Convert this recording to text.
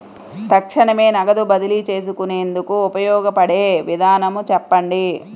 తక్షణమే నగదు బదిలీ చేసుకునేందుకు ఉపయోగపడే విధానము చెప్పండి?